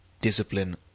Discipline